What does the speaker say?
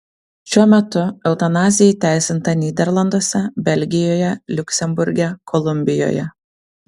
šiuo metu eutanazija įteisinta nyderlanduose belgijoje liuksemburge kolumbijoje